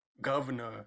Governor